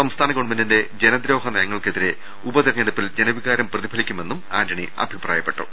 സംസ്ഥാന ഗവൺമെന്റിന്റെ ജനദ്രോഹ നയങ്ങൾക്കെതിരെ ഉപതെരഞ്ഞെടുപ്പിൽ ജനവികാരം പ്രതിഫലിക്കുമെന്ന് ആന്റണി അഭിപ്രായ പ്പെട്ടു